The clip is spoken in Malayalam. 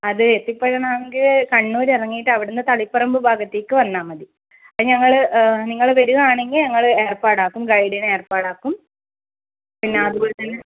അത് എത്തിപ്പെടണമെങ്കിൽ കണ്ണൂർ ഇറങ്ങിയിട്ട് അവിടെ നിന്ന് തളിപ്പറമ്പ് ഭാഗത്തേയ്ക്ക് വന്നാൽ മതി ഞങ്ങൾ നിങ്ങൾ വരുകയാണെങ്കിൽ ഞങ്ങൾ ഏർപ്പാട് ആക്കും ഗൈഡിനെ ഏർപ്പാട് ആക്കും പിന്നെ അതുപോലെ തന്നെ